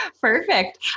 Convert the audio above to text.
Perfect